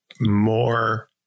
more